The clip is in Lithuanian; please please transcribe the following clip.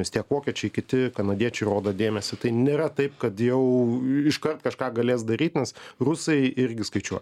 nes tiek vokiečiai kiti kanadiečiai rodo dėmesį tai nėra taip kad jau iškart kažką galės daryt nes rusai irgi skaičiuo